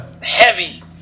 Heavy